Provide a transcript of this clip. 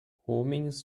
homens